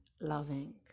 loving